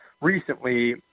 Recently